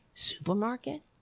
supermarket